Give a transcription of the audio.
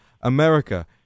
America